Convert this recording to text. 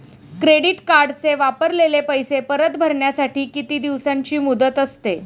Credit कार्डचे वापरलेले पैसे परत भरण्यासाठी किती दिवसांची मुदत असते?